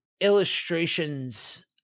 illustrations